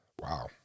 Wow